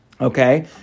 Okay